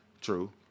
True